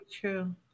true